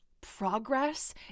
Progress